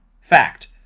Fact